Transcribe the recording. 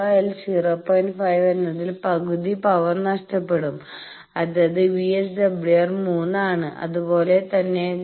5 എന്നതിൽ പകുതി പവർ നഷ്ടപ്പെടും അതായത് VSWR 3 ആണ് അതുപോലെ തന്നെ ΓL0